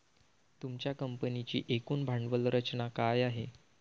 तुमच्या कंपनीची एकूण भांडवल रचना काय आहे?